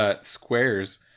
squares